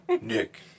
Nick